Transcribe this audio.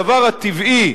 הדבר הטבעי,